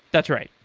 that's right.